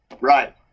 right